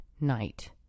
night